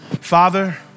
Father